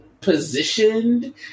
positioned